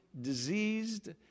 diseased